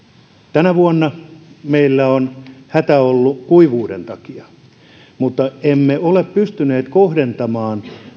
tänä vuonna meillä on hätä ollut kuivuuden takia mutta emme ole pystyneet kohdentamaan